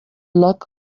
luck